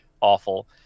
awful